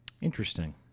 Interesting